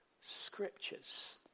Scriptures